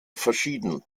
verschieden